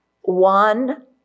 one